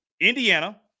Indiana